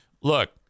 Look